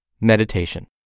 Meditation